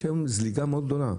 ישנה היום זליגה מאוד גדולה,